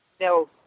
No